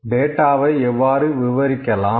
data எவ்வாறு விவரிக்கலாம்